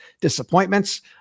disappointments